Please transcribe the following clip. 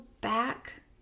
back